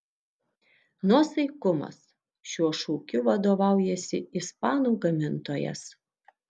nuosaikumas šiuo šūkiu vadovaujasi ispanų gamintojas